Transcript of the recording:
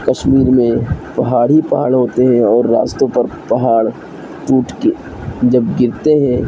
کشمیر میں پہاڑ ہی پہاڑ ہوتے ہیں اور راستوں پر پہاڑ ٹوٹ کے جب گرتے ہیں